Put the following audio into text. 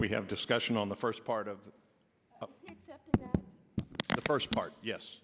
we have discussion on the first part of the first part yes